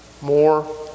more